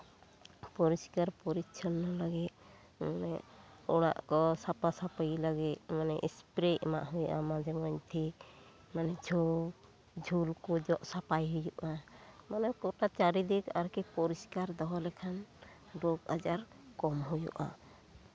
ᱯᱚᱨᱤᱥᱠᱟᱨ ᱯᱚᱨᱤᱪᱷᱚᱱᱱᱚ ᱞᱟᱹᱜᱤᱫ ᱢᱟᱱᱮ ᱚᱲᱟᱜ ᱠᱚ ᱥᱟᱯᱷᱟ ᱥᱟᱹᱯᱷᱤ ᱞᱟᱹᱜᱤᱫ ᱢᱟᱱᱮ ᱥᱯᱨᱮᱹ ᱮᱢᱟᱜ ᱦᱩᱭᱩᱜᱼᱟ ᱢᱟᱡᱷᱮ ᱢᱚᱫᱽᱫᱷᱮ ᱢᱟᱱᱮ ᱡᱷᱳᱯ ᱡᱷᱩᱞ ᱠᱚ ᱡᱚᱜ ᱥᱟᱯᱷᱟᱭ ᱦᱩᱭᱩᱜᱼᱟ ᱢᱟᱱᱮ ᱜᱚᱴᱟ ᱪᱟᱨᱤᱫᱤᱠ ᱟᱨᱠᱤ ᱯᱚᱨᱤᱥᱠᱟᱨ ᱫᱚᱦᱚ ᱞᱮᱠᱷᱟᱱ ᱨᱳᱜᱽ ᱟᱡᱟᱨ ᱠᱚᱢ ᱦᱩᱭᱩᱜᱼᱟ